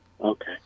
Okay